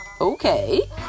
Okay